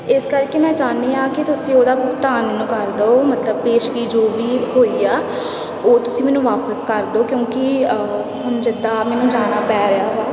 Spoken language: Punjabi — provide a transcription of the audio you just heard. ਇਸ ਕਰਕੇ ਮੈਂ ਚਾਹੁੰਦੀ ਹਾਂ ਕਿ ਤੁਸੀਂ ਉਹਦਾ ਭੁਗਤਾਨ ਮੈਨੂੰ ਕਰ ਦਿਉ ਮਤਲਬ ਪੇਸ਼ਗੀ ਜੋ ਵੀ ਹੋਈ ਆ ਉਹ ਤੁਸੀਂ ਮੈਨੂੰ ਵਾਪਸ ਕਰ ਦਿਉ ਕਿਉਂਕਿ ਹੁਣ ਜਿੱਦਾਂ ਮੈਨੂੰ ਜਾਣਾ ਪੈ ਰਿਹਾ ਵਾ